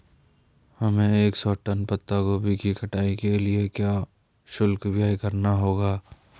हमें एक सौ टन पत्ता गोभी की कटाई के लिए क्या शुल्क व्यय करना होगा?